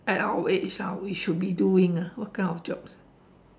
at our age ah we should be doing ah what kind of jobs